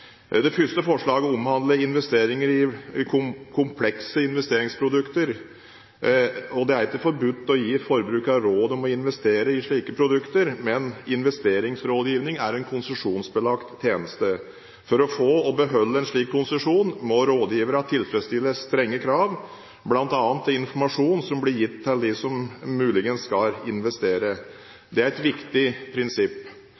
Det første forslaget omhandler investeringer i komplekse investeringsprodukter. Det er ikke forbudt å gi forbrukere råd om å investere i slike produkter, men investeringsrådgivning er en konsesjonsbelagt tjeneste. For å få og beholde en slik konsesjon må rådgiverne tilfredsstille strenge krav, bl.a. til informasjon som blir gitt til dem som muligens skal